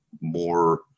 more